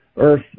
earth